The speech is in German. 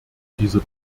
dieser